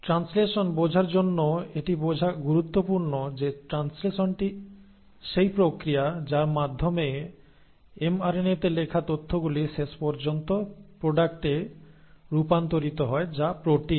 translation বোঝার জন্য এটি বোঝা গুরুত্বপূর্ণ যে ট্রান্সলেশনটি সেই প্রক্রিয়া যার মাধ্যমে এমআরএনএতে লেখা তথ্যগুলি শেষ পর্যন্ত প্রোডাক্টে রূপান্তরিত হয় যা প্রোটিন